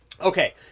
Okay